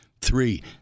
Three